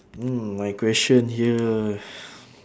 mm my question here